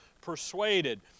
persuaded